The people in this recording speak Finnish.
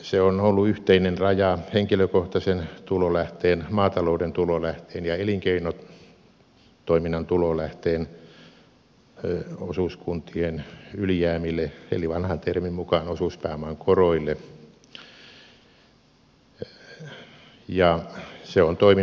se on ollut yhteinen raja henkilökohtaisen tulolähteen maatalouden tulolähteen ja elinkeinotoiminnan tulolähteen osuuskuntien ylijäämille eli vanhan termin mukaan osuuspääoman koroille ja se on toiminut hyvin